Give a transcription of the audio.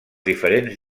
diferents